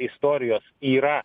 istorijos yra